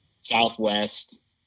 Southwest